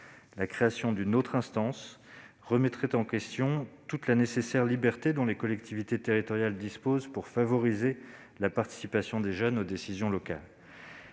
La création d'une nouvelle instance remettrait en question la nécessaire liberté dont les collectivités territoriales disposent pour favoriser la participation des jeunes aux décisions locales.